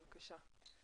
בבקשה.